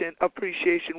Appreciation